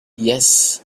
yes